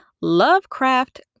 lovecraft